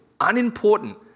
unimportant